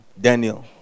Daniel